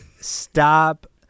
Stop